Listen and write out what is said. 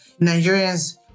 Nigerians